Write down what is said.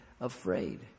afraid